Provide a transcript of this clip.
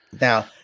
Now